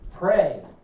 Pray